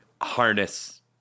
harness